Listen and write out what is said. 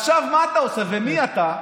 לא,